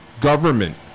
government